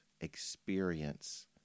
experience